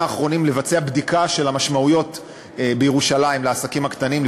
האחרונים לבצע בדיקה של המשמעויות לעסקים הקטנים בירושלים,